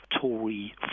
Tory